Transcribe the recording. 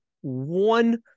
one